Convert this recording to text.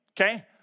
okay